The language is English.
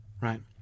right